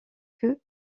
que